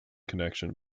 connection